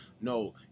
no –